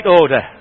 order